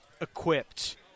equipped